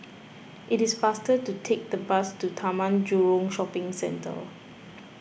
it is faster to take the bus to Taman Jurong Shopping Centre